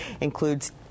includes